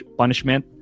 punishment